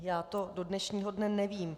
Já to do dnešního dne nevím.